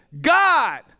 God